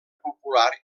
popular